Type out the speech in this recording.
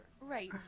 Right